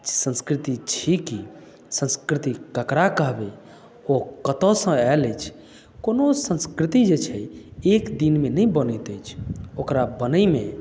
संस्कृति छी की संस्कृति ककरा कहबै ओ कतयसँ आयल अछि कोनो संस्कृति जे छै एक दिनमे नहि बनैत अछि ओकरा बनयमे